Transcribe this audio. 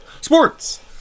Sports